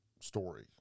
story